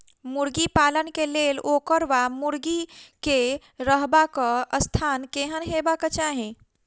मुर्गी पालन केँ लेल ओकर वा मुर्गी केँ रहबाक स्थान केहन हेबाक चाहि?